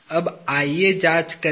अब आइए जांच करें